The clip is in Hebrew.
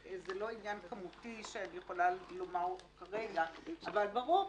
זה לא עניין כמותי שאני יכולה לומר אותו כרגע אבל ברור,